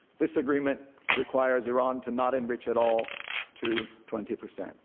this agreement requires iran to not enrich at all to twenty percent,